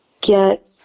get